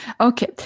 Okay